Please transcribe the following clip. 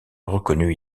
reconnu